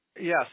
Yes